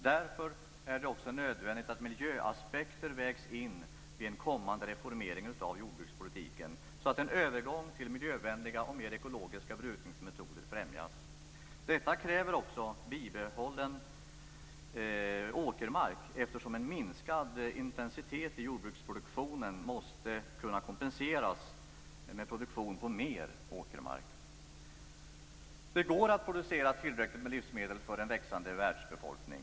Därför är det också nödvändigt att miljöaspekter vägs in vid en kommande reformering av jordbrukspolitiken, så att en övergång till miljövänliga och mer ekologiska brukningsmetoder främjas. Detta kräver också bibehållen åkermark, eftersom en minskad intensitet i jordbruksproduktionen måste kunna kompenseras med produktion på mer åkermark. Det går att producera tillräckligt med livsmedel för en växande världsbefolkning.